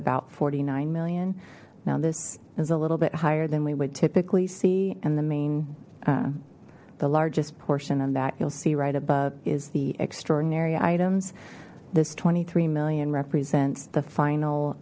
about forty nine million now this is a little bit higher than we would typically see and the main the largest portion of that you'll see right above is the extraordinary items this twenty three million represents the